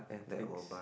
they will buy